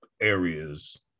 areas